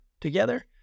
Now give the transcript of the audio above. together